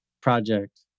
project